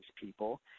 people